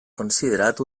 considerat